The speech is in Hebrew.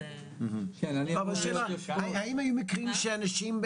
אבל השאלה האם היו מקרים שאנשים,